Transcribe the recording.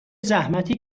زحمتی